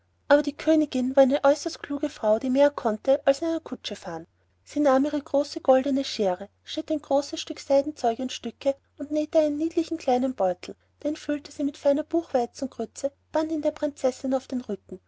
aber die königin war eine äußerst kluge frau die mehr konnte als in einer kutsche fahren sie nahm ihre große goldene schere schnitt ein großes stück seidenzeug in stücke und nähete einen kleinen niedlichen beutel den füllte sie mit feiner buchweizengrütze band ihn der prinzessin auf den rücken